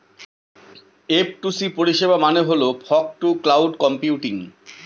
F two C পরিষেবা মানে হল ফগ টু ক্লাউড কম্পিউটিং